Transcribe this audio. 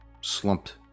slumped